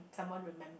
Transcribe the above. someone remem~